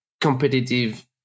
competitive